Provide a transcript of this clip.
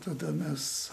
tada mes